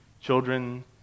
children